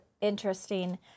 interesting